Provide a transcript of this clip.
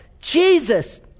Jesus